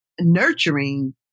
nurturing